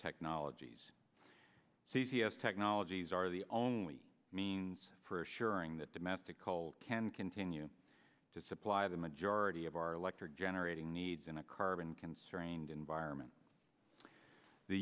technologies c c s technologies are the only means for assuring that domestic coal can continue to supply the majority of our electric generating needs in a carbon constrained environment the